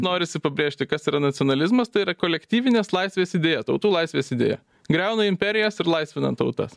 norisi pabrėžti kas yra nacionalizmas tai yra kolektyvinės laisvės idėja tautų laisvės idėja griauna imperijas ir laisvinan tautas